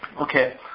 Okay